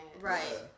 Right